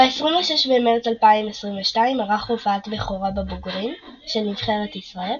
ב-26 במרץ 2022 ערך הופעת בכורה בבוגרים של נבחרת ישראל,